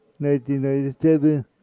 1997